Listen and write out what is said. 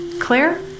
Claire